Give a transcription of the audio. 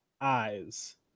eyes